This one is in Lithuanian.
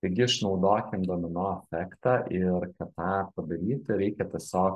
taigi išnaudokim domino efektą ir kad tą padaryti reikia tiesiog